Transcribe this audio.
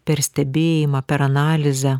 per stebėjimą per analizę